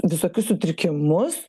visokius sutrikimus